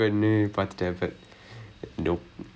okay K I mean